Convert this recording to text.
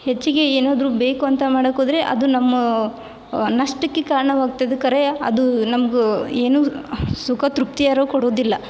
ಹೆಚ್ಚಿಗೆ ಏನಾದರೂ ಬೇಕು ಅಂತ ಮಾಡಕ್ಕೆ ಹೋದ್ರೆ ಅದು ನಮ್ಮ ನಷ್ಟಕ್ಕೆ ಕಾರಣವಾಗ್ತದೆ ಖರೆ ಅದು ನಮ್ಗೆ ಏನೂ ಸುಖ ತೃಪ್ತಿ ಅರು ಕೊಡುವುದಿಲ್ಲ